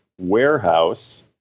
warehouse